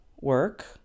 work